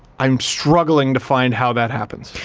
i'm struggling to find how that happens.